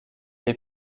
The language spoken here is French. est